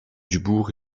dubourg